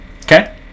Okay